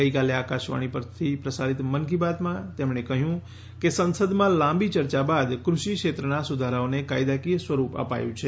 ગઈકાલે આકાશવાણી પરથી પ્રસારીત મન કી બાત કાર્યક્રમમાં તેમણે કહ્યું કે સંસદમાં લાંબી ચર્ચા બાદ કૃષિક્ષેત્રેના સુધારાઓને કાયદાકીય સ્વરૂપ અપાયું છે